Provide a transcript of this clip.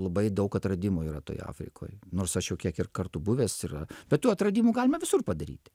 labai daug atradimų yra toj afrikoj nors aš jau kiek ir kartu buvęs ir bet tų atradimų galima visur padaryti